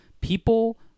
people